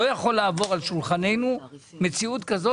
לא יכולה לעבור על שולחננו מציאות כזאת